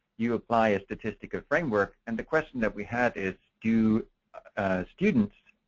you apply a statistical framework. and the question that we had is, do students,